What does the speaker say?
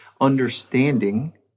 understanding